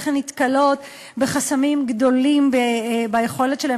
איך הן נתקלות בחסמים גדולים ביכולת שלהן